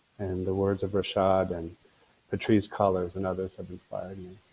and the words of rashad and patrisse cullors and others have inspired me.